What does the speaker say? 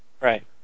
Right